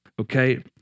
okay